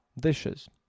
Dishes